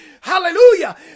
Hallelujah